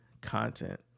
content